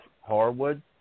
Harwood